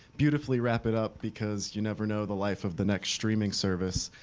beautifully wrap it up, because you never know the life of the next streaming service.